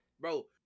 Bro